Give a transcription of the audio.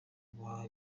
guhaha